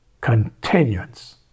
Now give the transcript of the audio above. continuance